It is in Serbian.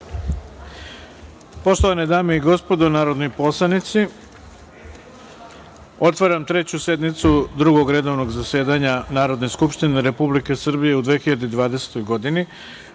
Poštovane dame i gospodo narodni poslanici, otvaram Treću sednicu Drugog redovnog zasedanja Narodne skupštine Republike Srbije u 2020. godini. Na